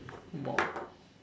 !wow!